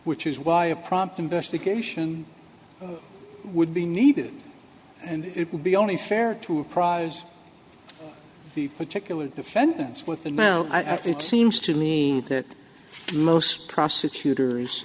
which is why a prompt investigation would be needed and it would be only fair to apprise the particular offense with and now it seems to me that most prosecutors